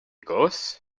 ghosts